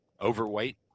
Overweight